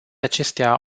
acestea